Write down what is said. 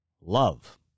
love